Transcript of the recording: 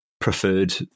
preferred